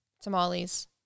tamales